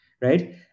right